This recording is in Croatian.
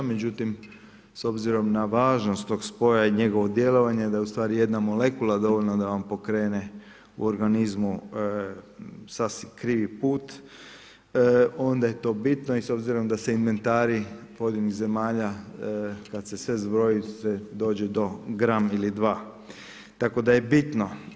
Međutim, s obzirom na važnost tog spoja i njegovo djelovanje da je ustvari jedna molekula dovoljna da vam pokrene u organizmu sasvim krivi put onda je to bitno i s obzirom da se inventari pojedinih zemalja kada se sve zbroji se dođe do gram ili 2. Tako da je bitno.